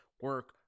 Work